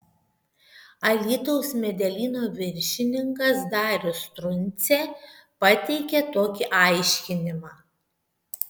alytaus medelyno viršininkas darius truncė pateikė tokį aiškinimą